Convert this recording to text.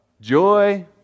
joy